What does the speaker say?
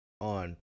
on